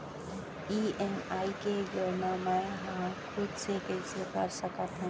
EMI के गड़ना मैं हा खुद से कइसे कर सकत हव?